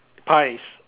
pies